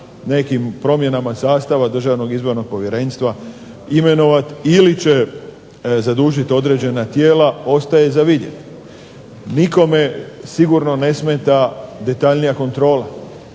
nekim promjenama sastava Državnog izbornog povjerenstva imenovati ili će zadužiti određena tijela ostaje za vidjeti. Nikome sigurno ne smeta detaljnija kontrola